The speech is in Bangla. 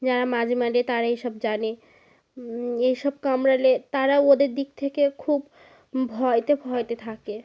যারা মাজ মারে তারা এই সব জানে এই সব কামড়ালে তারাও ওদের দিক থেকে খুব ভয়তে ভয়তে থাকে